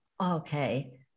Okay